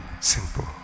Simple